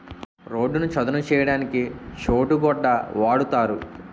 రోడ్డును చదును చేయడానికి చోటు గొడ్డ వాడుతారు